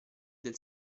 del